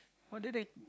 what did they